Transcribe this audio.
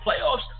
playoffs